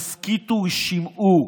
הסכיתו ושמעו,